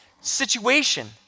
situation